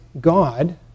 God